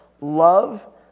love